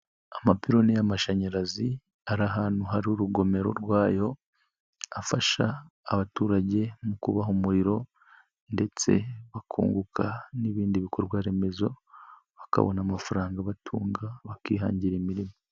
Amapiloni y'amashanyarazi, ari ahantu hari urugomero rwayo, afasha abaturage mu kubaha umuriro ndetse bakunguka n'ibindi bikorwa remezo, bakabona amafaranga abatunga, bakihangira imirimo.